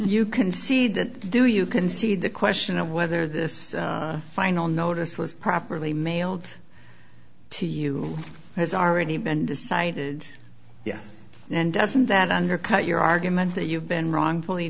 you can see that do you concede the question of whether this final notice was properly mailed to you has already been decided yes and doesn't that undercut your argument that you've been wrongfully